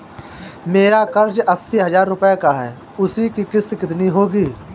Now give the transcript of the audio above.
मेरा कर्ज अस्सी हज़ार रुपये का है उसकी किश्त कितनी होगी?